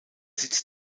sitz